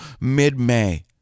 mid-May